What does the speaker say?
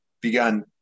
begun